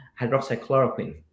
hydroxychloroquine